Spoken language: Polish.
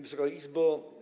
Wysoka Izbo!